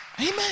Amen